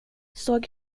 såg